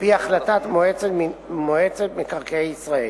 על-פי החלטת מועצת מקרקעי ישראל.